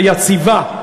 "יַציבה",